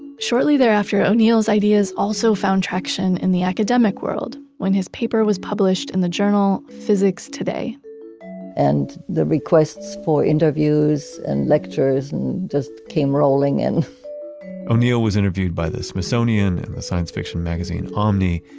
shortly thereafter, o'neill's ideas also found traction in the academic world, when his paper was published in the journal physics today and the requests for interviews and lectures and just came rolling in o'neill was interviewed by the smithsonian and the science fiction magazine, omni.